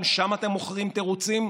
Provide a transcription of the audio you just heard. גם שם אתם מוכרים תירוצים?